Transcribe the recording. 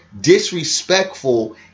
disrespectful